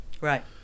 right